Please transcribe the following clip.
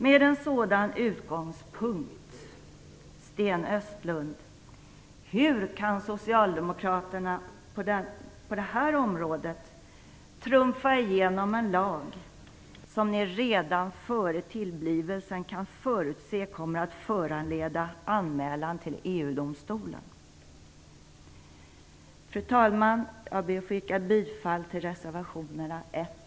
Med en sådan utgångspunkt, Sten Östlund, hur kan socialdemokraterna på det här området trumfa igenom en lag som ni redan före tillblivelsen kan förutse kommer att föranleda anmälan till EU-domstolen. Fru talman! Jag yrkar bifall till reservationerna 1